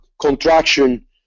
contraction